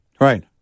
right